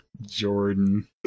Jordan